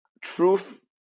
truth